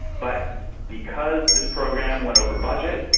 but because this program went over budget,